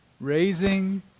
Raising